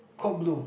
Code Blue